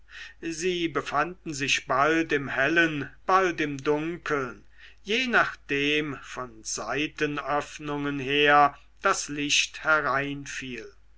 sie befanden sich bald im hellen bald im dunkeln je nachdem von seitenöffnungen her das licht